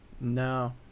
No